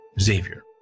Xavier